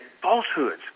falsehoods